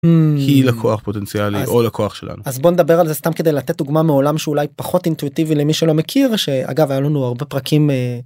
הממ... היא לקוח פוטנציאלי, אז, או לקוח שלנו. אז בוא נדבר על זה סתם כדי לתת דוגמה מעולם שאולי פחות אינטואיטיבי למי שלא מכיר, שאגב היה לנו הרבה פרקים אה...